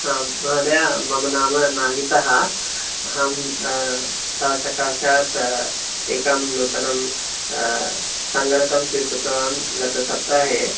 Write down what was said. आम् महोदय मम नाम नागितः अहं तव सकाशात् एकं नूतनं संगणकं स्वीकृतवान् गतसप्ताहे